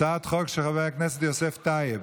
הצעת חוק של חבר הכנסת יוסף טייב.